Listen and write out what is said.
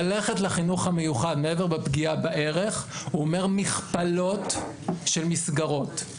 ללכת אל החינוך המיוחד מעבר לפגיעה בערך זה אומר מכפלות של מסגרות.